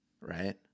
right